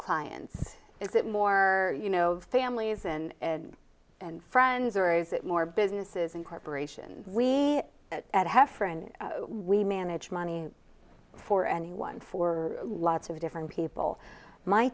clients is it more you know families and friends or is it more businesses and corporations we have for and we manage money for anyone for lots of different people my